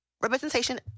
representation